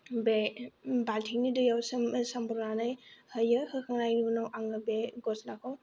बे बाल्थिंनि दैआव सोम सोमब्र'नानै होयो होखांनाय उनाव आङो बे गस्लाखौ